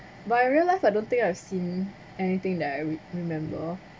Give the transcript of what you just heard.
but in real life I don't think I've seen anything that I remember